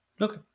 Okay